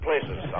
places